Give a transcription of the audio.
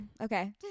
okay